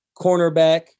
cornerback